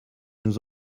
nous